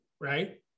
Right